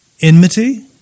enmity